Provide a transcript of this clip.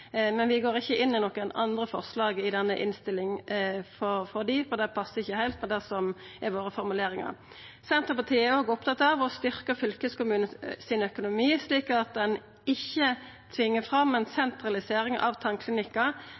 men vi går ikkje inn i nokon andre forslag i denne innstillinga, for dei passar ikkje heilt med våre formuleringar. Senterpartiet er òg opptatt av å styrkja økonomien til fylkeskommunane, slik at ein ikkje tvingar fram ei sentralisering av